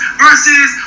versus